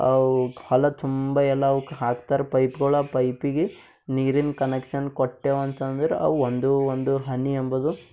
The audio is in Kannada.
ಅವಕ್ ಹೊಲ ತುಂಬ ಎಲ್ಲ ಅವಕ್ ಹಾಕ್ತರ ಪೈಪುಗಳ್ ಆ ಪೈಪಿಗೆ ನೀರಿನ ಕನೆಕ್ಷನ್ ಕೊಟ್ಟೆವಂತಂದ್ರೆ ಅವು ಒಂದು ಒಂದು ಹನಿ ಎಂಬುದು